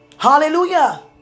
Hallelujah